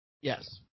Yes